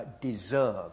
deserve